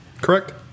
correct